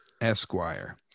Esquire